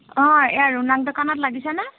অঁ এইয়া ৰোনাল দোকানত লাগিছেনে